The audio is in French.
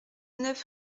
neuf